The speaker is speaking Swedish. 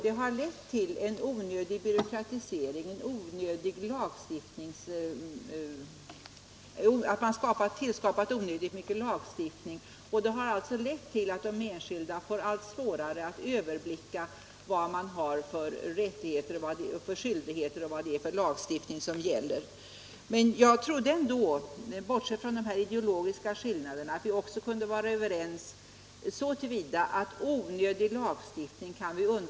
Det har lett till en onödig byråkratisering, och onödigt många lagar har stiftats. De enskilda får därmed allt svårare att överblicka vilka rättigheter och skyldigheter de har och vilken lagstiftning som gäller. Bortsett från de ideologiska skillnaderna trodde jag att vi kunde vara överens om att vi bör undvika onödig lagstiftning.